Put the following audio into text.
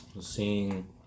seeing